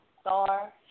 Star